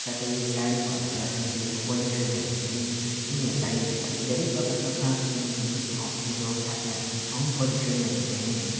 साथै यो गाडीघोडाद्वारा निस्किएको पोल्युसनहरूले पनि उनीहरूलाई धेरै प्रकारको सास लिनुको निम्ति अप्ठ्यारो साथै हामी साउन्ड पोल्युसनमा हेर्यौँ भने